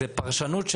זאת פרשנות.